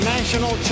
National